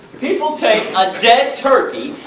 people take a dead turkey,